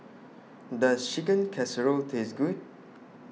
Does Chicken Casserole Taste Good